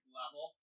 level